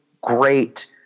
great